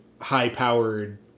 high-powered